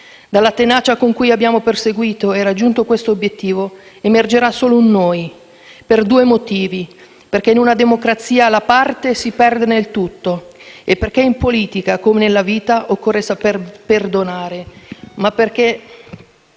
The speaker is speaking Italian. Dalla tenacia con cui abbiamo perseguito e raggiunto questo obiettivo, emergerà solo un «noi», per due motivi: perché in una democrazia la parte si perde nel tutto e perché in politica, come nella vita, occorre saper perdonare. Ma anche